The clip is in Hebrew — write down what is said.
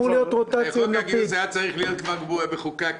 לחוק המימון,